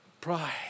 Pride